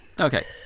Okay